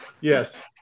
yes